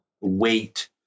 weight